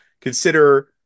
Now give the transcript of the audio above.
consider